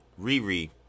Riri